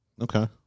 Okay